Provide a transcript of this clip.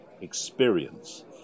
experience